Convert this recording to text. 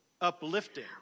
uplifting